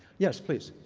yes, please.